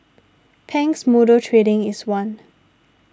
Pang's Motor Trading is one